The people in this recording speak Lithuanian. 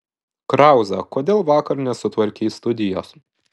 krauza kodėl vakar nesutvarkei studijos